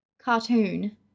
cartoon